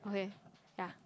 okay yeah